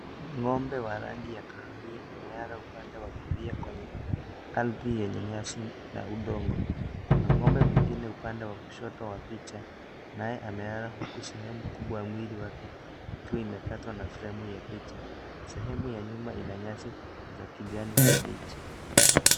Ngombe wa rangi ya kahawia amelala upande wa kulia kwenye, ardhi yenye nyasi na udongo, kuna ngombe mwingine upande wa kushoto wa picha, naye amelala huku sehemu kubwa ya mwili wake, ikiwa imekatwa na fremu ya picha, sehemu ya nyuma ina nyasi, za kijani kibichi.